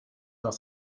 dans